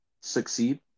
succeed